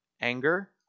anger